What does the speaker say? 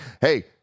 hey